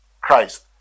Christ